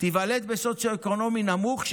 אם תיוולד בסוציו-אקונומי נמוך,